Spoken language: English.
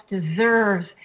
deserves